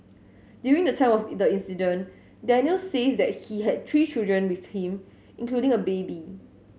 during the time of the incident Daniel says that he had three children with him including a baby